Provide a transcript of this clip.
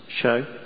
show